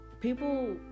People